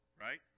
Right